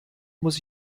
muss